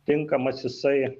tinkamas jisai